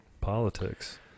Politics